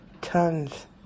tons